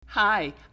Hi